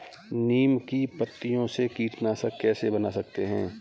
नीम की पत्तियों से कीटनाशक कैसे बना सकते हैं?